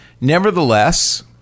Nevertheless